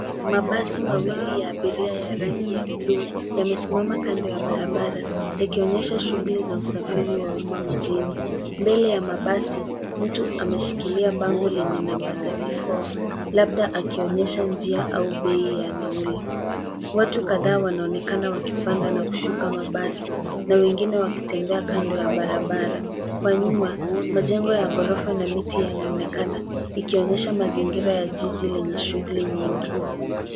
Mabasi mawili ya abiria ya rangi ya buluu yamesimama kando ya barabara likionyesha shughuli za usafiri wa umma mjini. Mbele ya mabasi mtu ameshikilia bango lenye namba thirty four labda akionyesha njia au bei ya nauli. Watu kadhaa wanaonekana wakipanda na kushuka mabasi na wengine wakitembea kando ya barabara. Kwa nyuma majengo ya ghorofa na miti yanaonekana ikionyesha mazingira ya jiji lenye shughuli nyingi.